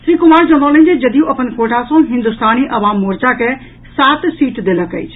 श्री कुमार जनौलनि जे जदयू अपन कोटा सँ हिन्दुस्तानी आवाम मोर्चा के सात सीट देलक अछि